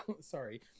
Sorry